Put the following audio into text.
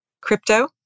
crypto